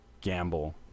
gamble